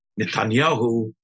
Netanyahu